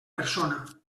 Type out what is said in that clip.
persona